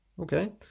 Okay